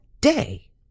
day